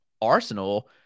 Arsenal